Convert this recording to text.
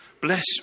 Bless